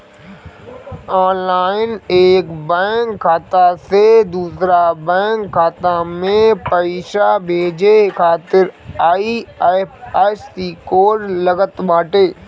online एक bank खाता से दूसरा बैंक खाता में पईसा भेजे खातिर आई.एफ.एस.सी कोड लागत बाटे